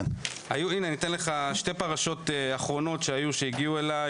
אני אתן לך שתי פרשות אחרונות שהגיעו אליי.